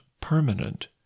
permanent